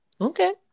Okay